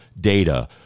data